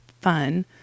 fun